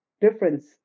difference